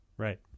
Right